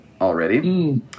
already